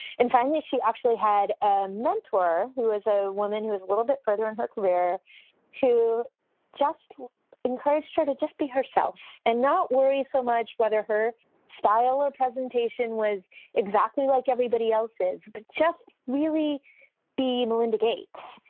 and finally, she actually had a mentor who was a woman who was a little bit further in her career who just encouraged her to just be herself and not worry so much whether her style or presentation was exactly like everybody else's, but just really be melinda gates.